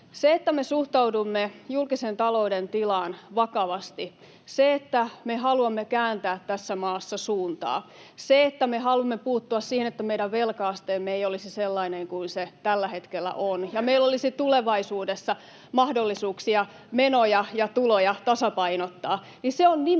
Se, että me suhtaudumme julkisen talouden tilaan vakavasti, se, että me haluamme kääntää tässä maassa suuntaa, se, että me haluamme puuttua siihen, että meidän velka-asteemme ei olisi sellainen kuin se tällä hetkellä on, ja että meillä olisi tulevaisuudessa mahdollisuuksia menoja ja tuloja tasapainottaa, se on nimenomaan